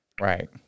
right